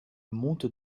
monte